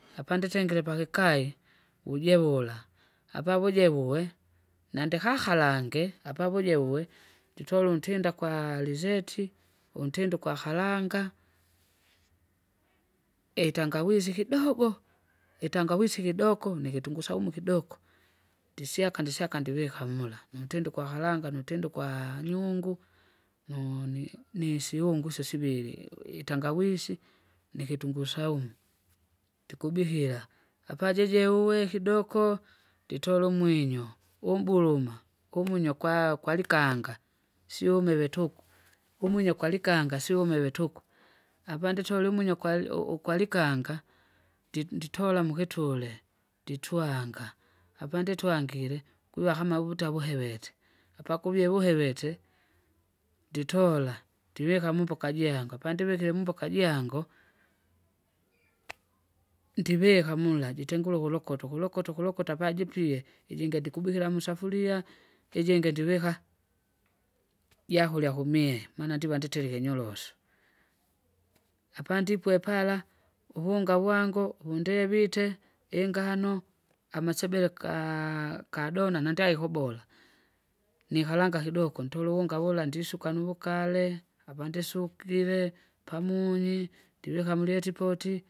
Apanditengire pakikai, ujevula apavuje vuwe, nandihaharange apavuje vuwe, nditole untinda kwa arizeti, untinde kwa karanga, itangawizi kidogo! itangawizi kidoko nikitunguu saumu kidoko, ndisyaka ndisyaka ndivika mula muntinde ukwaharanga nutinde ukwaa nyungu, nuu- ni- nisihungu isyo sivili iu- itangawisi, nikitunguu saumu. Ndikubihila, apajije uwe kidoko! nditole umwinyo, umbuluma, umwinyo kwa kwalikanga, syumive tuku, umwinyo kwalikanga siumiwe tuku, apanditole umwinyo kwali u- ukwalikanga, ndi- nditola mukitule, nditwanga, apanditwangire kwiva kama wuta wuhevele, apakuva vuhevete! nditola, ndivika mumboka jangu apandivikile mumboka jangu. Ndivika mula jitengule ukulokota ukulokota ukulokota pajipiye, ijingi adikubikira musafuria, ijingi ndivika, jakurya kumie maana ndiwa nditerike nyoroso. Apandipwe pala uvunga vangu vundevite, ingano, amasebele kaa- kadona nandaikobora, nikalanga kidogo ntoluunga wula ndisuka nuvukale! apandisukile, pamunyi ndivika mulietipoti.